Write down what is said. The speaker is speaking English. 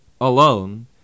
alone